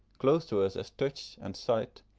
close to us as touch and sight,